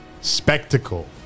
spectacle